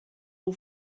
all